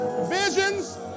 visions